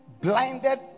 blinded